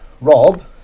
Rob